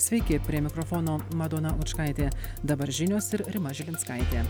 sveiki prie mikrofono madona lučkaitė dabar žinios ir rima žilinskaitė